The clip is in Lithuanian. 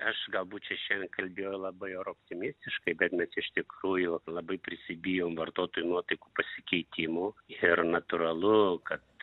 aš galbūt čia šiandien kalbėjau labai ir optimistiškai bet mes iš tikrųjų labai prisibijom vartotojų nuotaikų pasikeitimų ir natūralu kad